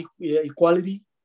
equality